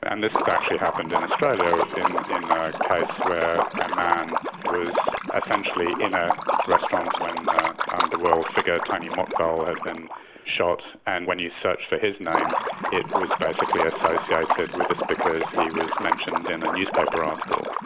and this has actually happened in australia in in a case where a man was essentially in a restaurant when an underworld figure, tony mokbel, had been shot. and when you search for his name it was basically associated with this because he was mentioned in a newspaper article.